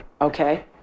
Okay